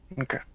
Okay